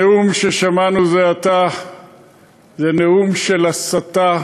הנאום ששמענו זה עתה זה נאום של הסתה,